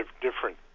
different